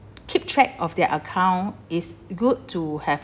keep track of their account is good to have